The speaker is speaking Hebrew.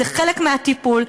זה חלק מהטיפול,